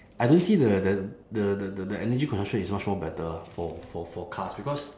I don't see the the the the the energy consumption is much more better lah for for for cars because